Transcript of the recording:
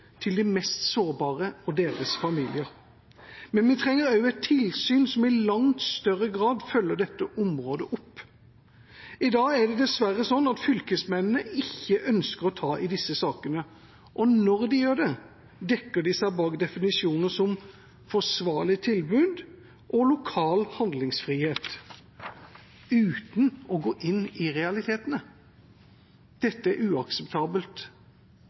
til de mest sårbare og deres familier. Men vi trenger også et tilsyn som i langt større grad følger dette området opp. I dag er det dessverre sånn at fylkesmennene ikke ønsker å ta i disse sakene, og når de gjør det, dekker de seg bak definisjoner som «forsvarlig tilbud» og «lokal handlingsfrihet» – uten å gå inn i realitetene. Dette er uakseptabelt.